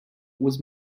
was